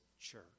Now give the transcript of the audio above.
church